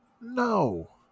No